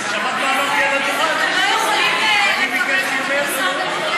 את שמעת מה אמרתי על הדוכן?